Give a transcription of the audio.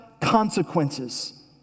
consequences